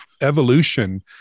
evolution